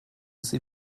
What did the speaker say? sie